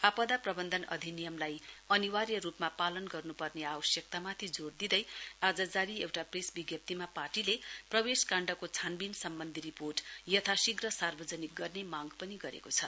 आपदा प्रबन्धन अधिनियमलाई अनिवार्य रुपमा पालन गर्नेपर्ने आवश्यकतामाथि जोइ दिँदै आज जारी एउटा प्रेस विज्ञप्रतीमा पार्टीले प्रवेशकाण्डको छानवीन सम्बन्धी रिपोर्ट यथाशीघ्र सार्वजनिक गर्ने मांग पनि गरेको छ